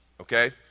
okay